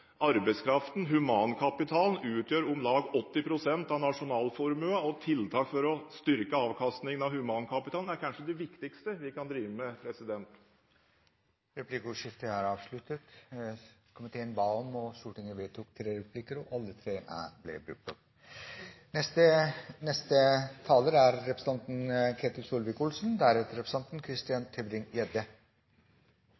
arbeidskraften – humankapitalen – utgjør om lag 80 pst. av nasjonalformuen, og tiltak for å styrke avkastningen av humankapitalen er kanskje det viktigste vi kan drive med. Replikkordskiftet er